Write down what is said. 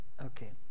Okay